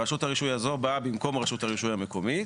רשות הרישוי הזו באה במקום רשות הרישוי המקומית,